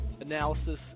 analysis